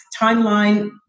timeline